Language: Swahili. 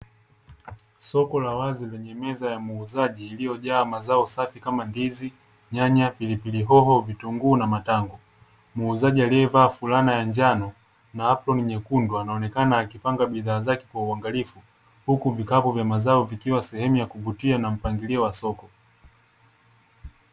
Soko la wazi lenye meza ya muuzaji iliyojaa mazao safi kama ndizi ,nyanya pilipili hoho ,vitunguu na matango muuzaji aliyevaa fulana ya njano na abroni nyekundu anaonekana akipanga bidhaa zake kwa uangalifu huku vikapu vya mazao vikiwa sehemu ya kuvutia na mpangilio wa soko.